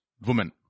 woman